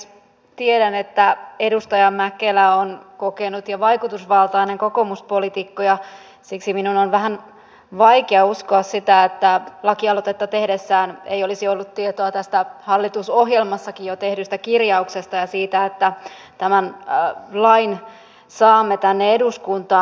tiedän että edustaja mäkelä on kokenut ja vaikutusvaltainen kokoomuspoliitikko ja siksi minun on vähän vaikea uskoa sitä että lakialoitetta tehdessään hän ei olisi ollut tietoa tästä hallitusohjelmassakin jo tehdystä kirjauksesta ja siitä että tämän lain saamme tänne eduskuntaan